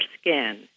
skin